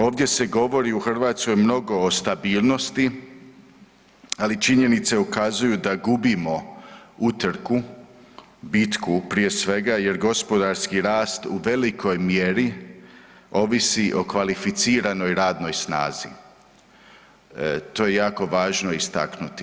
Ovdje se govori u Hrvatskoj mnogo o stabilnosti, ali činjenice ukazuju da gubimo utrku, bitku prije svega, jer gospodarski rast u velikoj mjeri ovisi o kvalificiranoj radnoj snazi, to je jako važno istaknuti.